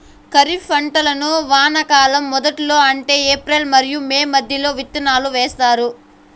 ఖరీఫ్ పంటలను వానాకాలం మొదట్లో అంటే ఏప్రిల్ మరియు మే మధ్యలో విత్తనాలు వేస్తారు